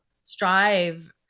strive